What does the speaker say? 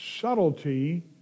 subtlety